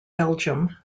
belgium